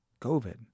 COVID